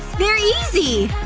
they're easy!